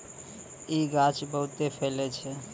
इ गाछ बहुते फैलै छै